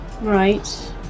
Right